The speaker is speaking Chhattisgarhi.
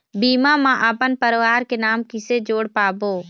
बीमा म अपन परवार के नाम किसे जोड़ पाबो?